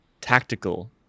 tactical